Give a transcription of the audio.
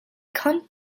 county